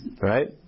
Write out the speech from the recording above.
right